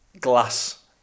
glass